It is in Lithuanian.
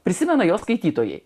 prisimena jo skaitytojai